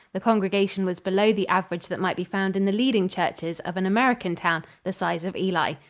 the congregation was below the average that might be found in the leading churches of an american town the size of ely.